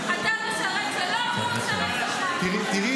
לאורך כל הדרך, הוא